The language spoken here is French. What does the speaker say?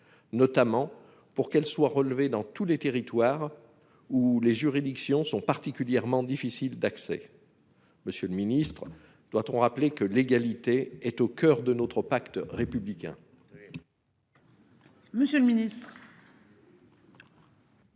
notamment que cette indemnisation soit relevée dans tous les territoires où l'accès aux juridictions est particulièrement difficile. Monsieur le ministre, doit-on rappeler que l'égalité est au coeur de notre pacte républicain ?